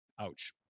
Ouch